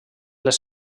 les